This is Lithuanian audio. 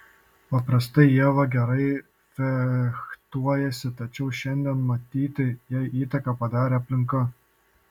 paprastai ieva gerai fechtuojasi tačiau šiandien matyt jai įtaką padarė aplinka